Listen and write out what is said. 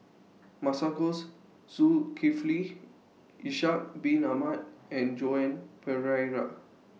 Masagos Zulkifli Ishak Bin Ahmad and Joan Pereira